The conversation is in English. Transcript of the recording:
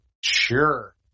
sure